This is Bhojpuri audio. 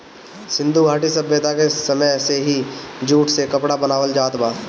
सिंधु घाटी सभ्यता के समय से ही जूट से कपड़ा बनावल जात बा